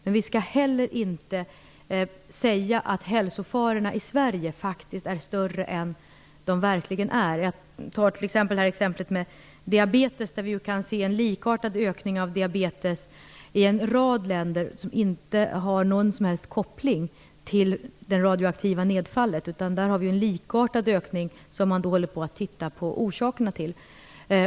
Men vi skall heller inte säga att hälsofarorna i Sverige är större än vad de verkligen är. Jag kan ta exemplet med diabetes, där vi kan se en likartad ökning av diabetes i en rad länder som inte har någon som helst koppling till det radioaktiva nedfallet. Där har vi en likartad ökning som man håller på att titta på orsaken till.